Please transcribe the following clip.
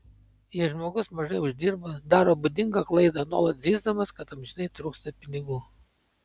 jei žmogus mažai uždirba daro būdingą klaidą nuolat zyzdamas kad amžinai trūksta pinigų